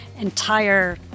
entire